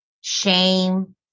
shame